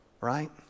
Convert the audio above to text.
Right